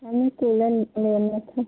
हमें कूलर लेना था